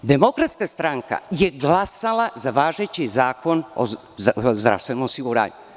Demokratska stranka je glasala za važeći Zakon o zdravstvenom osiguranju.